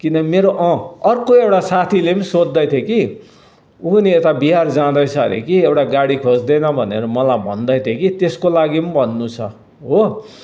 किन मेरो अर्को एउटा साथीले सोध्दै थियो कि ऊ पनि यता बिहार जाँदैछ अरे कि एउटा गाडी खोजिदे न भनेर मलाई भन्दै थियो कि त्यसको लागि भन्नु छ हो